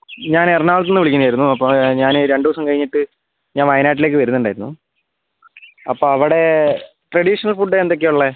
ഞാൻ എറണാകുളത്തുനിന്ന് വിളിക്കുന്നതായിരുന്നു അപ്പം ഞാൻ രണ്ടുദിവസം കഴിഞ്ഞിട്ട് ഞാൻ വയനാട്ടിലേക്ക് വരുന്നുണ്ടായിരുന്നു അപ്പോൾ അവിടെ ട്രഡീഷണൽ ഫുഡ് എന്തൊക്കെയാ ഉള്ളത്